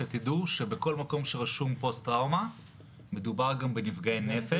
שתדעו שבכל מקום שרשום פוסט-טראומה מדובר גם בנפגעי נפש.